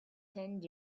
ten